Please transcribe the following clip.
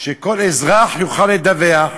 שכל אזרח יוכל לדווח.